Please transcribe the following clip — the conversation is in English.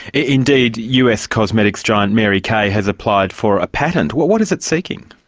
indeed, us cosmetics giant mary kay has applied for a patent what what is it seeking?